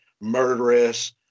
murderous